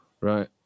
right